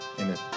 amen